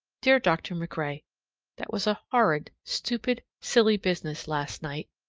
dear dr. macrae that was a horrid, stupid, silly business last night.